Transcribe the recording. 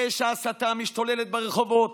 אש ההסתה משתוללת ברחובות.